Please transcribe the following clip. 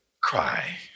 cry